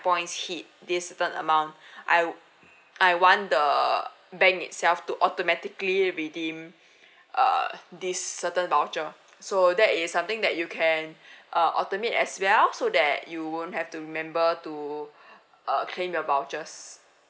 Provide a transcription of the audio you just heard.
points hit this certain amount I I want the bank itself to automatically redeem err this certain voucher so that is something that you can uh automate as well so that you won't have to remember to err claim the vouchers